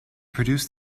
produce